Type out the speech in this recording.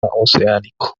oceánico